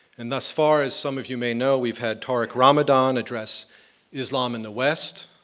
and thus far as some of you may know, we've had tariq ramadan address islam and the west,